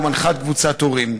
ומנחת קבוצת הורים,